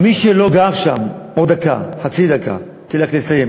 מי שלא גר שם, עוד דקה, חצי דקה, תן לי רק לסיים.